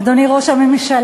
אדוני ראש הממשלה,